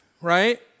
Right